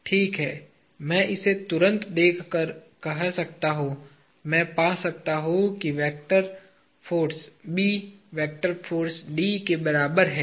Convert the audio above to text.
ठीक है मैं इसे तुरंत देखकर कह सकता हूँ मैं पा सकता हूँ कि vector force B force D के बराबर है